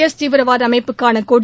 S தீவிரவாத அமைப்புக்கான கொடி